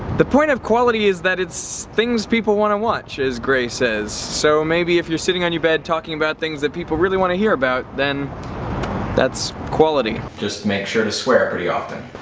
the point of quality is that it's things people want to watch as grey says, so maybe if you're sitting on your bed talking about things that people really want to hear about, about, then that's quality. just make sure to swear pretty often.